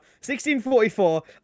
1644